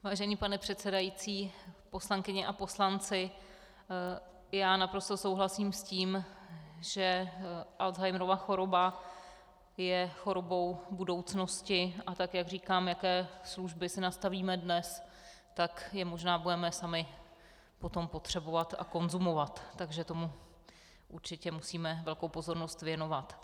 Vážený pane předsedající, poslankyně a poslanci, já naprosto souhlasím s tím, že Alzheimerova choroba je chorobou budoucnosti, a také říkám, jaké služby si nastavíme dnes, tak je možná budeme sami potom potřebovat a konzumovat, takže tomu určitě musíme velkou pozornost věnovat.